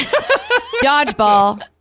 Dodgeball